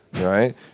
right